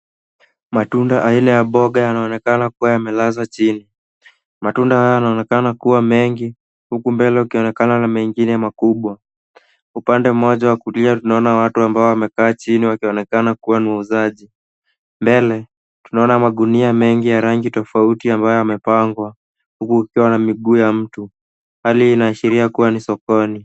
Matunda aina ya mboga yanaonekana yakiwa yamelazwa chini. Matunda haya yanaonekana kuwa mengi huku mbele kukionekana mengine makubwa. Upande mmoja wa kulia tunaona watu ambao wamekaa chini wakionekana kuwa muuzaji. Mbele tunaona magunia mengi tofauti ambayo yamepangwa huku kukiwa na miguu ya mtuu. Hali inaashiria kuwa ni sokoni.